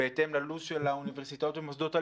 חשוב לי לומר שאנחנו לא יכולים להחליט לאן התרומה